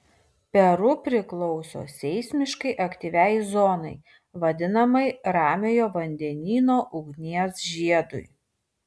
peru priklauso seismiškai aktyviai zonai vadinamai ramiojo vandenyno ugnies žiedui